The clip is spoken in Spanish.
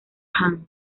han